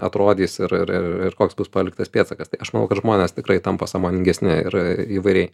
atrodys ir ir ir koks bus paliktas pėdsakas tai aš manau kad žmonės tikrai tampa sąmoningesni ir įvairiai